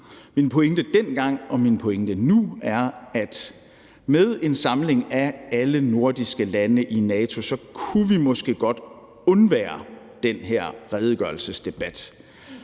Min pointe var dengang og min pointe nu er, at med en samling af alle nordiske lande i NATO kunne vi måske godt undvære den her redegørelsesdebat.